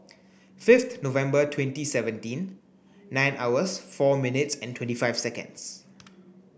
fifth November twenty seventeen nine hours four minutes and twenty five seconds